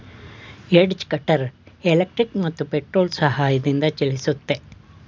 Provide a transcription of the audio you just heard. edge cutter electric ಮತ್ತು petrol ಸಹಾಯದಿಂದ ಚಲಿಸುತ್ತೆ